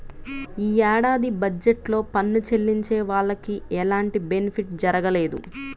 యీ ఏడాది బడ్జెట్ లో పన్ను చెల్లించే వాళ్లకి ఎలాంటి బెనిఫిట్ జరగలేదు